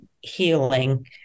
healing